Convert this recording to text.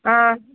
ஆ